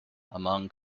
among